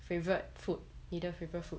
favourite food either favourite food